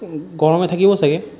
গৰমে থাকিব চাগৈ